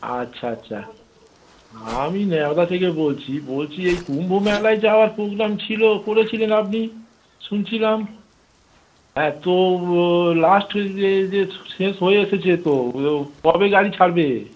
আচ্ছা আচ্ছা আমি নেয়দা থেকে বলছি বলছি এই কুম্ভ মেলায় যাওয়ার পোগ্রাম ছিলো করেছিলেন আপনি শুনছিলাম হ্যাঁ তো লাস্ট যে যে শেষ হয়ে এসেছে তো কবে গাড়ি ছাড়বে